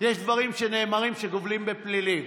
יש דברים שנאמרים שגובלים בפלילים,